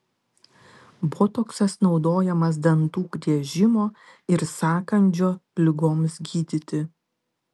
botoksas naudojamas dantų griežimo ir sąkandžio ligoms gydyti